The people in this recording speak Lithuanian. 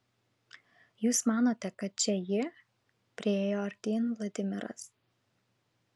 jūs manote kad čia ji priėjo artyn vladimiras